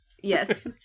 Yes